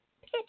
pitch